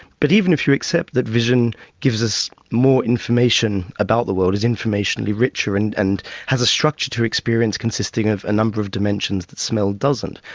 but even if you accept that vision gives us more information about the world, is informationally richer, and and has a structure to experience consisting of a number of dimensions that smell doesn't,